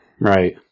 right